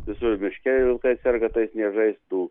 visur miške vilkai serga tais niežais tų